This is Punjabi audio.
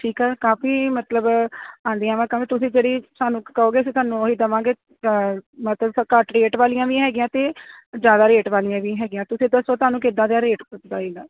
ਠੀਕ ਆ ਕਾਫ਼ੀ ਮਤਲਬ ਆਉਂਦੀਆਂ ਵਾ ਤੁਸੀਂ ਜਿਹੜੀ ਸਾਨੂੰ ਕਹੋਗੇ ਅਸੀਂ ਤੁਹਾਨੂੰ ਉਹ ਹੀ ਦਵਾਂਗੇ ਮਤਲਬ ਘੱਟ ਰੇਟ ਵਾਲੀਆਂ ਵੀ ਹੈਗੀਆਂ ਅਤੇ ਜ਼ਿਆਦਾ ਰੇਟ ਵਾਲੀਆਂ ਵੀ ਹੈਗੀਆਂ ਤੁਸੀਂ ਦੱਸੋ ਤੁਹਾਨੂੰ ਕਿੱਦਾਂ ਦਾ ਰੇਟ ਚਾਹੀਦਾ